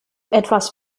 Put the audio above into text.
etwas